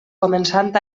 començant